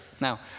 Now